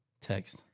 Text